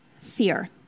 fear